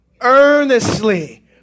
Earnestly